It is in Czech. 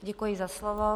Děkuji za slovo.